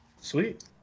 Sweet